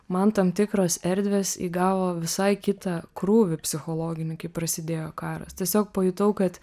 man tam tikros erdvės įgavo visai kitą krūvį psichologinį kai prasidėjo karas tiesiog pajutau kad